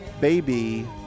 Baby